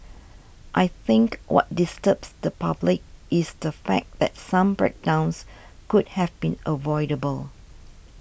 I think what disturbs the public is the fact that some breakdowns could have been avoidable